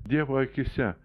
dievo akyse